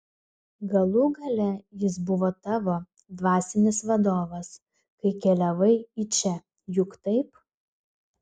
galų gale jis buvo tavo dvasinis vadovas kai keliavai į čia juk taip